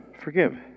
forgive